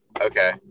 okay